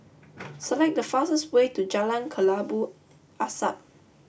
select the fastest way to Jalan Kelabu Asap